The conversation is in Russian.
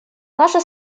наша